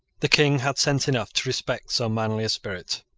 the king had sense enough to respect so manly a spirit.